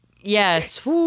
Yes